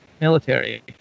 military